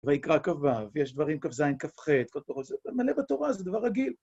ויקרא ק"ו, יש דברים, קפ"ז קפ"ח, כל פחות, זה מלא בתורה, זה דבר רגיל.